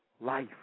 life